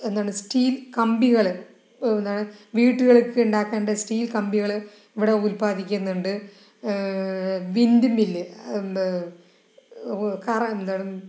എന്താണ് സ്റ്റീൽ കമ്പികൾ എന്താണ് വീടുകൾക്ക് ഉണ്ടാക്കേണ്ട സ്റ്റീൽ കമ്പികൾ ഇവിടെ ഉത്പാദിപ്പിക്കുന്നുണ്ട് വിൻഡ് മില്ല് കറ എന്താണ്